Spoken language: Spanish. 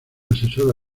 asesora